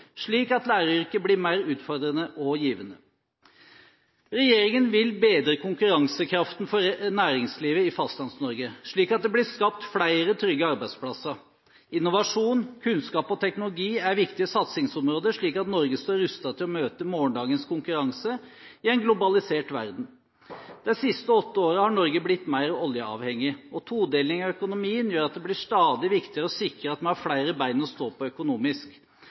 slik at læreryrket blir mer utfordrende og givende. Regjeringen vil bedre konkurransekraften for næringslivet i Fastlands-Norge, slik at det blir skapt flere trygge arbeidsplasser. Innovasjon, kunnskap og teknologi er viktige satsingsområder, slik at Norge står rustet til å møte morgendagens konkurranse i en globalisert verden. De siste åtte årene har Norge blitt mer oljeavhengig, og en todeling av økonomien gjør at det blir stadig viktigere å sikre at vi har flere ben å stå på økonomisk.